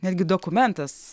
netgi dokumentas